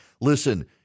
Listen